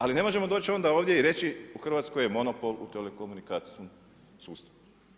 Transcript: Ali ne možemo doći onda ovdje i reći u Hrvatskoj je monopol u telekomunikacijskom sustavu.